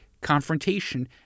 confrontation